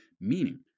meaning